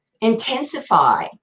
intensify